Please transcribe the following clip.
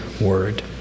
word